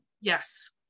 Yes